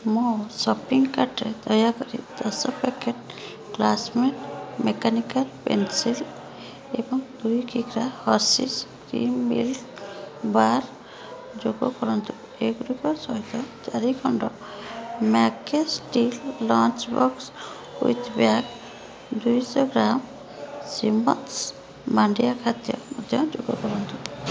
ମୋ ସପିଂ କାର୍ଟ୍ରେ ଦୟାକରି ଦଶ ପ୍ୟାକେଟ୍ କ୍ଳାସମେଟ୍ ମେକାନିକାଲ୍ ପେନ୍ସିଲ୍ ଏବଂ ଦୁଇ କିଗ୍ରା ହର୍ଷିଜ୍ କ୍ରିମ୍ ମିଲ୍କ ବାର୍ ଯୋଗକରନ୍ତୁ ଏଗୁଡ଼ିକ ସହିତ ଚାରି ଖଣ୍ଡ Magnus steel lunch box with bag ଦୁଇ ଶହ ଗ୍ରାମ୍ ଶ୍ରୀମଥସ୍ ମାଣ୍ଡିଆ ଖାଦ୍ୟ ମଧ୍ୟ ଯୋଗକରନ୍ତୁ